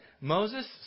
Moses